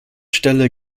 stelle